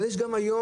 אבל יש גם היום,